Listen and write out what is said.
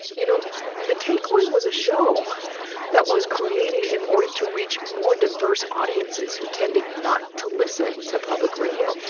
you know the takeaway was a show that was created in order to reach more diverse audiences who tended not to listen to public radio.